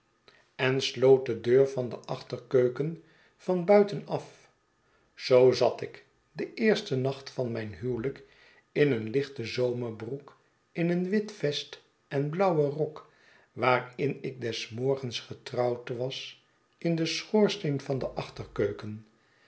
en sloot de deur van de achterkeuken van buiten af zoo zat ik den eersten nacht van mijn huwelijk in een lichte zomerbroek in een wit vest en blauwen rok waarin ik des morgens getrouwd was in den schoorsteen van de